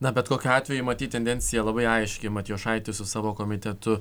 na bet kokiu atveju matyt tendencija labai aiški matijošaitis su savo komitetu